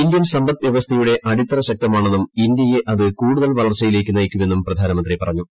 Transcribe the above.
Indian സമ്പദ് വ്യവസ്ഥയുടെ അടിത്തറ ശക്തമാണെന്നും ഇന്ത്യയെ അത് കൂടുതൽ വളർച്ചയിലേക്ക് നയിക്കുമെന്നും പ്രധാനമന്ത്രി പറഞ്ഞു